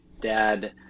dad